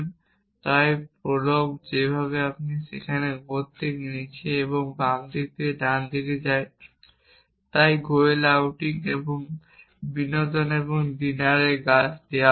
এবং তাই প্রলগ যেভাবে করে সেখানে এটি উপরে থেকে নীচে এবং বাম থেকে ডানে যায় তাই গোয়েল আউটিং এবং বিনোদন এবং ডিনারের গাছ দেওয়া হয়